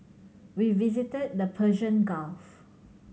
we visited the Persian Gulf